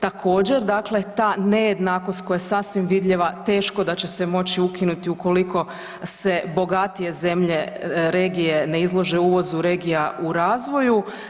Također dakle ta nejednakost koja je sasvim vidljiva teško da će se moći ukinuti ukoliko se bogatije zemlje regije ne izlože uvozu regija u razvoju.